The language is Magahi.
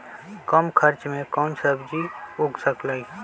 कम खर्च मे कौन सब्जी उग सकल ह?